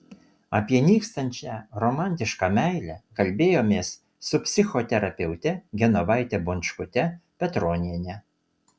apie nykstančią romantišką meilę kalbėjomės su psichoterapeute genovaite bončkute petroniene